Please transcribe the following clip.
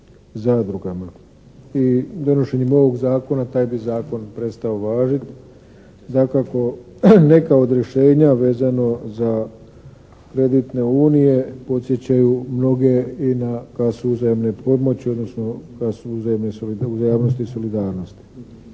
zadrugama i donošenjem ovog zakona taj bi zakon prestao važit. Dakako neka od rješenja vezano za kreditne unije podsjećaju mnoge i na kasu uzajamne pomoći odnosno kasu uzajamne solidarnosti.